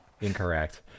incorrect